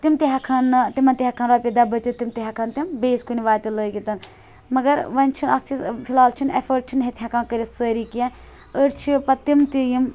تِم تہِ ہیکہٕ ہٕن نہٕ تِمن تہِ ہیکہٕ ہن رۄپیہِ دَہ بٕچِتھ تِم تہِ ہیکَن تِم بیٚیِس کُنہِ وَتہِ لٲگِتھ مگر وۄنۍ چھِ اَکھ چیٖز فِلحال چھِنہٕ ایفٲڈ چھِنہٕ ییٚتہِ ہیکان کٔرِتھ سٲری کینٛہہ أڈۍ چھِ پتہٕ تِم تہِ یِم